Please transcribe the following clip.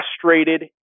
Frustrated